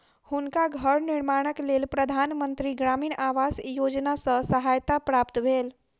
हुनका घर निर्माणक लेल प्रधान मंत्री ग्रामीण आवास योजना सॅ सहायता प्राप्त भेल